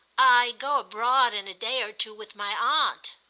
i go abroad in a day or two with my aunt.